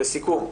לסיכום.